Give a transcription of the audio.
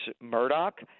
Murdoch